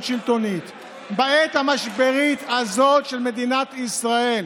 השלטונית בעת המשברית הזאת של מדינת ישראל,